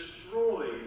destroyed